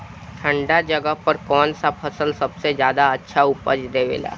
ठंढा जगह पर कौन सा फसल सबसे ज्यादा अच्छा उपज देवेला?